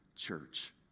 church